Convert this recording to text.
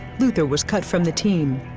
luther was cut from the team.